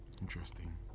Interesting